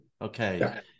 Okay